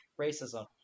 racism